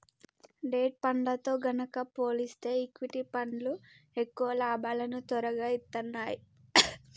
debt ఫండ్లతో గనక పోలిస్తే ఈక్విటీ ఫండ్లు ఎక్కువ లాభాలను తొరగా ఇత్తన్నాయి